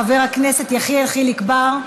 חבר הכנסת יחיאל חיליק בר,